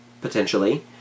potentially